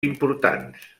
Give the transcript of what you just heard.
importants